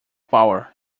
power